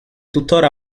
tuttora